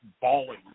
balling